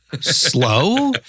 slow